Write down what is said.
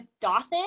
Dawson